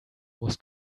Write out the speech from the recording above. was